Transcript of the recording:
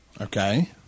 Okay